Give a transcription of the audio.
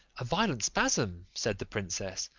a violent spasm, said the princess,